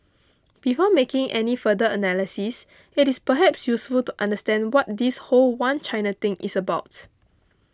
before making any further analysis it is perhaps useful to understand what this whole One China thing is about